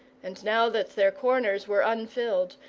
and now that their corners were unfilled,